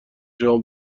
شما